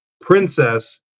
princess